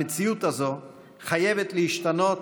המציאות הזאת חייבת להשתנות,